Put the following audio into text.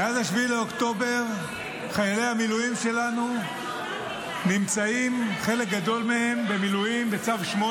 מאז 7 באוקטובר חלק גדול מחיילי המילואים שלנו נמצאים במילואים בצו 8